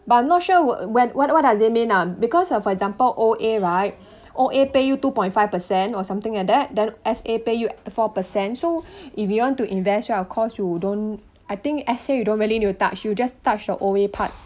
but I'm not sure wha~ what what does it mean ah because ah for example O_A right O_A pay you two point five percent or something like that then S_A pay you four percent so if you want to invest right of course you don't I think S_A you don't really need to touch you just touch your O_A part